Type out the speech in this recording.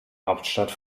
hauptstadt